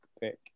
pick